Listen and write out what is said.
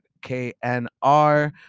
KNR